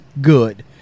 good